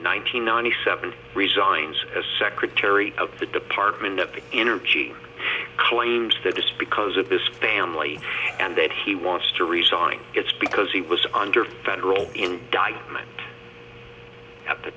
hundred ninety seven resigns as secretary of the department of energy claims that just because of this family and that he wants to resign it's because he was under federal indictment at the